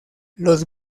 los